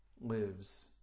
lives